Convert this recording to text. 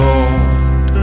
Lord